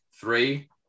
Three